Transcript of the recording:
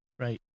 Right